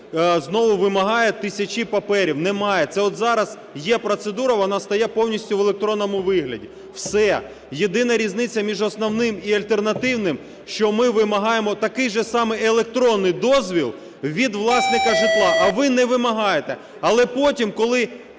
знову вимагає тисячі паперів. Немає, це от зараз є процедура, вона повністю стає в електронному вигляді. Все. Єдина різниця між основним і альтернативним, що ми вимагаємо такий же самий електронний дозвіл від власника житла, а ви не вимагаєте. Але потім, коли